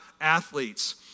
athletes